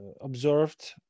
observed